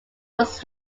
was